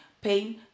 pain